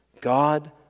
God